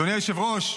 אדוני היושב-ראש,